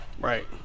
Right